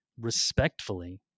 respectfully